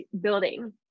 building